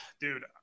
dude